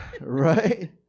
right